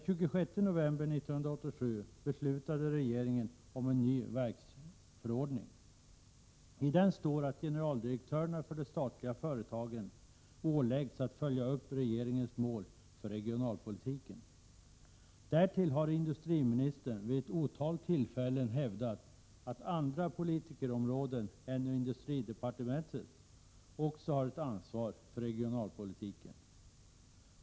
denna står det att generaldirektörerna för de statliga företagen åläggs att följa upp regeringens mål för regionalpolitiken. Dessutom har industriministern vid ett otal tillfällen hävdat att inte bara industridepartementet utan också andra politikområden har ett ansvar för regionalpolitiken.